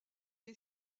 est